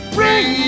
Bring